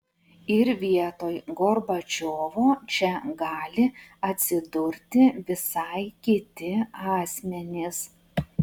ir vietoj gorbačiovo čia gali atsidurti visai kiti asmenys